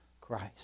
Christ